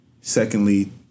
secondly